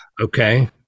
Okay